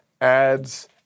ads